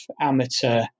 amateur